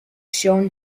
shown